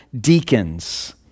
deacons